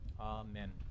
Amen